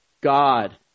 God